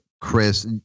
Chris